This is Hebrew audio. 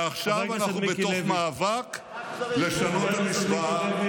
ועכשיו אנחנו במאבק לשנות את המשוואה.